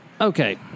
okay